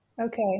Okay